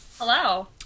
Hello